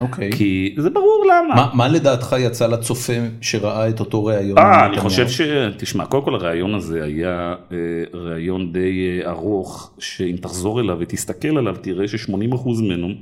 אוקיי. כי... זה ברור למה. מה לדעתך יצא לצופה שראה את אותו ראיון? אה, אני חושב ש... תשמע, קודם כל הראיון הזה היה ראיון די ארוך שאם תחזור אליו ותסתכל עליו תראה ששמונים אחוז ממנו...